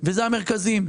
ואלה הם המרכזים.